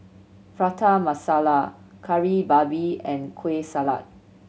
Prata Masala Kari Babi and Kueh Salat